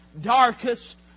darkest